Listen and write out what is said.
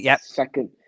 Second